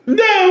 no